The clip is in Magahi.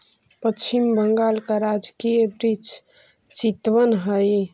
पश्चिम बंगाल का राजकीय वृक्ष चितवन हई